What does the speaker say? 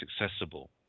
accessible